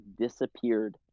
disappeared